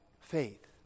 faith